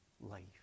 life